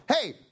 hey